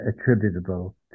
attributable